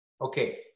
Okay